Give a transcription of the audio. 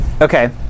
Okay